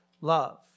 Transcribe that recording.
love